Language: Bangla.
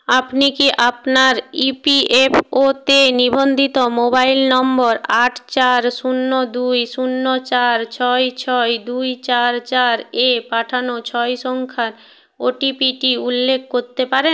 আপনি কি আপনার ই পি এফ ও তে নিবন্ধিত মোবাইল নম্বর আট চার শূন্য দুই শূন্য চার ছয় ছয় দুই চার চার এ পাঠানো ছয় সংখ্যার ও টি পি টি উল্লেখ করতে পারেন